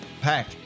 pack